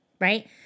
right